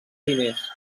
diners